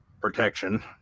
protection